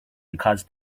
because